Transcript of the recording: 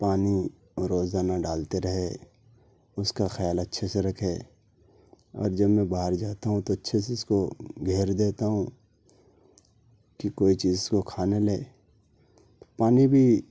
پانی روزانہ ڈالتے رہے اس کا خیال اچھے سے رکھے اور جب میں باہر جاتا ہوں تو اچھے سے اس کو گھیر دیتا ہوں کہ کوئی چیز اس کو کھا نہ لے پانی بھی